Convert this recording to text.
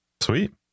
Sweet